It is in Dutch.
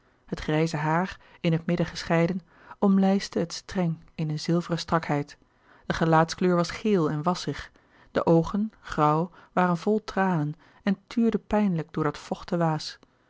het grijze haar in het midden gescheiden omlijstte het streng in een zilveren strakheid de gelaatskleur was geel en wassig de oogen grauw waren vol tranen en tuurden pijnlijk door dat vochte waas